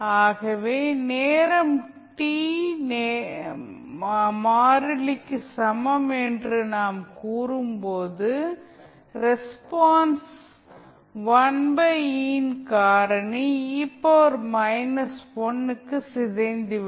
ஆகவே நேரம் t நேரம் மாறிலிக்கு சமம் என்று நாம் கூறும்போது ரெஸ்பான்ஸ் 1e இன் காரணி க்கு சிதைந்துவிடும்